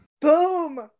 boom